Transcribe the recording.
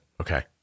Okay